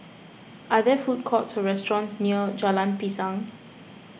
are there food courts or restaurants near Jalan Pisang